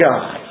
God